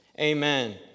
amen